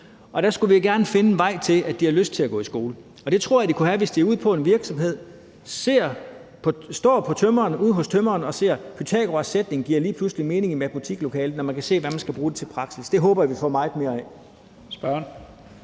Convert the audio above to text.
Der skulle vi gerne finde en vej til, at de har lyst til at gå i skole. Og det tror jeg de kunne få, hvis de står ude hos tømreren og ser, at Pythagoras' læresætning lige pludselig giver mening i matematiklokalet, og de kan se, hvad de kan bruge det til i praksis. Det håber jeg at vi får meget mere af. Kl.